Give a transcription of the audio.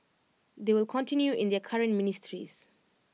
they will continue in their current ministries